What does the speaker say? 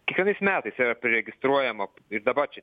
kiekvienais metais yra priregistruojama ir dabar čia